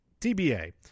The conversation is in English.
tba